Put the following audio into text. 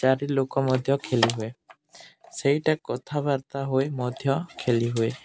ଚାରି ଲୋକ ମଧ୍ୟ ଖେଲି ହୁଏ ସେଇଟା କଥାବାର୍ତ୍ତା ହୋଇ ମଧ୍ୟ ଖେଲି ହୁଏ